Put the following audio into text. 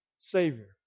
Savior